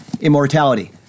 immortality